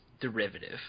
derivative